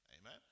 Amen